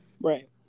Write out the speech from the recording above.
Right